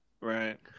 Right